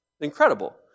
Incredible